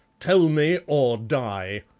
tell me or die.